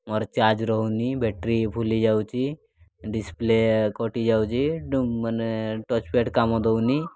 ମୋର ଚାର୍ଜ ରହୁନି ବ୍ୟାଟେରୀ ଫୁଲି ଯାଉଛି ଡିସପ୍ଲେ କଟିଯାଉଛି ମାନେ ଟଚପ୍ୟାଡ଼ କାମ ଦେଉନି